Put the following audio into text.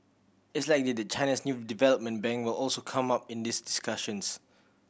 it's likely that China's new development bank will also come up in this discussions